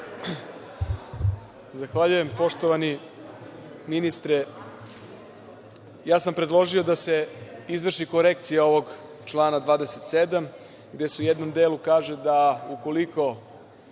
Zahvaljujem. Poštovani ministre, ja sam predložio da se izvrši korekcija ovog člana 27, gde se u jednom delu kaže da, ukoliko